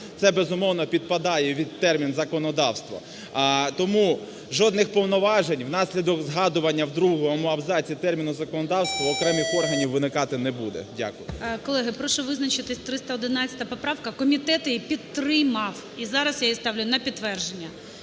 Це, безумовно, підпадає під термін законодавства. Тому жодних повноважень внаслідок згадування в 2 абзаці терміну законодавства в окремих органів виникати не буде. Дякую. ГОЛОВУЮЧИЙ. Колеги, прошу визначитись 311 поправка. Комітет її підтримав. І зараз я її ставлю на підтвердження.